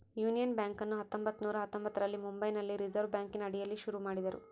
union ಬ್ಯಾಂಕನ್ನು ಹತ್ತೊಂಭತ್ತು ನೂರ ಹತ್ತೊಂಭತ್ತರಲ್ಲಿ ಮುಂಬೈನಲ್ಲಿ ರಿಸೆರ್ವೆ ಬ್ಯಾಂಕಿನ ಅಡಿಯಲ್ಲಿ ಶುರು ಮಾಡಿದರು